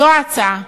זו ההצעה.